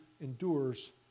endures